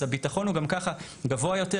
אז הביטחון הוא גם ככה גבוה יותר.